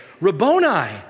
Rabboni